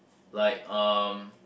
like um